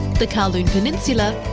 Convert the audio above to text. the kowloon peninsula,